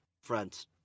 friends